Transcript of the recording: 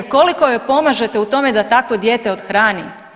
Koliko joj pomažete u tome da takvo dijete othrani?